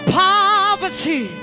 poverty